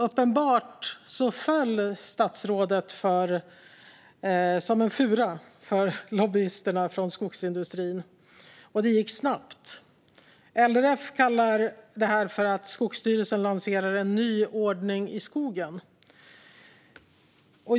Uppenbart föll statsrådet som en fura för lobbyisterna från skogsindustrin, och det gick snabbt. LRF kallar det för att Skogsstyrelsen lanserar en ny ordning i skogen.